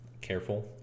careful